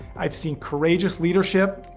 i've seen courageous leadership,